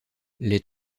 les